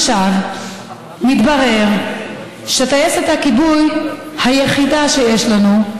עכשיו מתברר שטייסת הכיבוי היחידה שיש לנו,